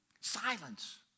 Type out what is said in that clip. Silence